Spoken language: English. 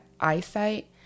eyesight